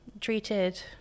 treated